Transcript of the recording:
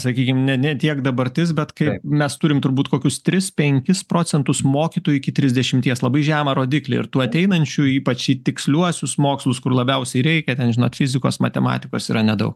sakykim ne ne tiek dabartis bet kai mes turime turbūt kokius tris penkis procentus mokytojų iki trisdešimties labai žemą rodiklį ir tų ateinančių ypač tiksliuosius mokslus kur labiausiai reikia ten žinot fizikos matematikos yra nedaug